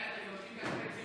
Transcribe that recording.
הסתייגות 18 לא נתקבלה.